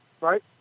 right